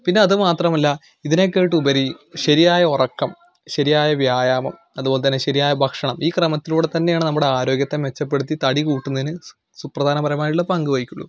പിന്നെ അത് മാത്രമല്ല ഇതിനെയൊക്കെയായിട്ട് ഉപരി ശരിയായ ഒറക്കം ശരിയായ വ്യായാമം അതുപോലെതന്നെ ശരിയായ ഭക്ഷണം ഈ ക്രമത്തിലൂടെ തന്നെയാണ് നമ്മുടെ ആരോഗ്യത്തെ മെച്ചപ്പെടുത്തി തടി കൂട്ടുന്നതിന് സു സുപ്രധാനപരമായിട്ടുള്ള പങ്ക് വഹിക്കുള്ളൂ